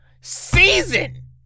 season